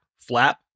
Flap